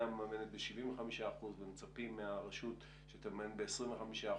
מממנת ב-75% ומצפים מהרשות שהיא תממן ב-25%,